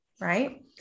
Right